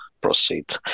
Proceed